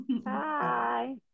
Bye